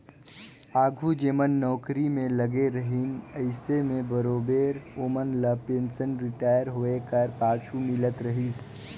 आघु जेमन नउकरी में लगे रहिन अइसे में बरोबेर ओमन ल पेंसन रिटायर होए कर पाछू मिलत रहिस